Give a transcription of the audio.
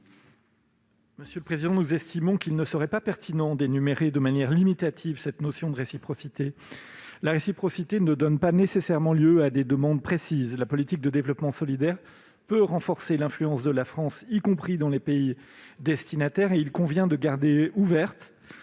Quel est l'avis de la commission ? Il ne serait pas pertinent d'énumérer de manière limitative la notion de réciprocité. La réciprocité ne donne pas nécessairement lieu à des demandes précises. La politique de développement solidaire peut renforcer l'influence de la France, y compris dans les pays destinataires, et il convient de garder ouvertes